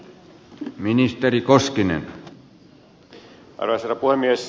arvoisa herra puhemies